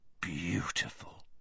beautiful